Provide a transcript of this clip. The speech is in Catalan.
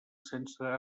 sense